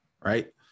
right